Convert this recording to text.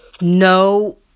no